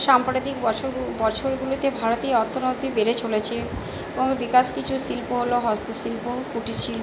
সাম্প্রতিক বছরগু বছরগুলোতে ভারতীয় অর্থনৈতি বেড়ে চলেছে এবং বিকাশ কিছু শিল্প হল হস্তশিল্প কুটির শিল্প